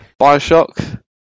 Bioshock